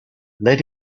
let